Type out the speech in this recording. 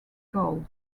gold